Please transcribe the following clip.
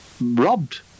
robbed